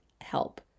help